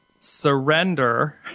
surrender